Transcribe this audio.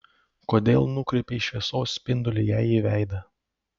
kodėl nukreipei šviesos spindulį jai į veidą